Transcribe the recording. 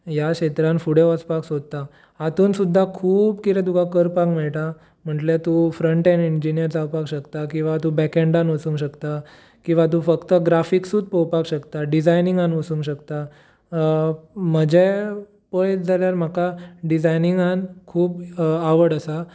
ह्या क्षेत्रान फुडें वचपाक सोदता हातून सुद्दां तुका खूब कितें करपाक मेळटा म्हटल्यार तूं फ्रन्टेन इंजिनीयर जावपाक शकता किंवा तूं बॅकहेंडान वचूंक शकता किंवा तूं फक्त ग्राफिक्सूत पळोवपाक शकता डिजायनिंगांन वचूंक शकता म्हजें पयत जाल्यार म्हाका डिजाइनिंगान खूब आवड आसा